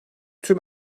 tüm